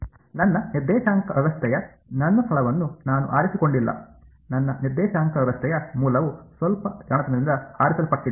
ನನ್ನ ನಿರ್ದೇಶಾಂಕ ವ್ಯವಸ್ಥೆಯ ನನ್ನ ಸ್ಥಳವನ್ನು ನಾನು ಆರಿಸಿಕೊಂಡಿಲ್ಲ ನನ್ನ ನಿರ್ದೇಶಾಂಕ ವ್ಯವಸ್ಥೆಯ ಮೂಲವು ಸ್ವಲ್ಪ ಜಾಣತನದಿಂದ ಆರಿಸಲ್ಪಟ್ಟಿದೆ